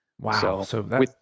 Wow